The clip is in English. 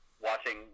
watching